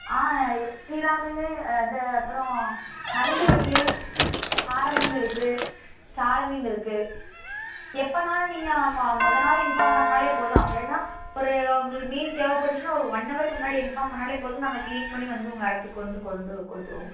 ஆ சீலா மீன் இந்த அப்புறம் நண்டு இருக்குது காடை மீன் இருக்குது சாலை மீன் இருக்குது எப்போனாலும் நீங்கள் ம முத நாள் இன்ஃபார்ம் பண்ணால் போதும் அப்படின்னா ஒரு ஒரு மீன் தேவைப்பட்டுச்சின்னா ஒரு ஒன் ஹவருக்கு முன்னாடியே இன்ஃபார்ம் பண்ணால் போதும் நாங்கள் க்ளீன் பண்ணி வந்து உங்கள் இடத்துக்கு வந்து கொண்டு கொடுத்துருவோம்